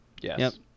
Yes